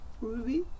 Ruby